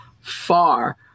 far